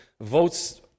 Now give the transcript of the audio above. votes